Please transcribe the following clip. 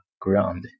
ground